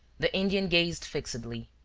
the indian gazed fixedly.